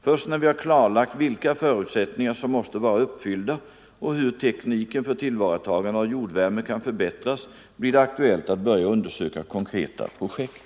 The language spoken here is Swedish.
Först när vi har klarlagt vilka förutsättningar som måste vara uppfyllda och hur tekniken för tillvaratagande av jordvärme kan förbättras blir det aktuellt att börja undersöka konkreta projekt.